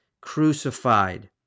crucified